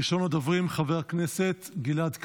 ראשון הדוברים, חבר הכנסת גלעד קריב,